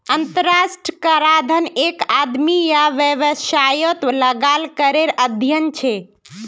अंतर्राष्ट्रीय कराधन एक आदमी या वैवसायेत लगाल करेर अध्यन छे